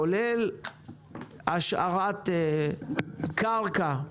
כולל השארת קרקע.